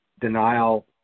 denial